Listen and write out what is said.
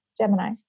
Gemini